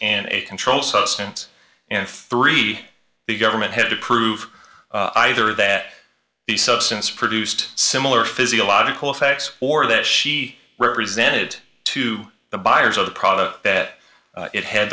and a controlled substance and three the government had to prove either that the substance produced similar physiological effects or that she represented to the buyers of the product that it had